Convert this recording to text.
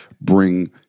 bring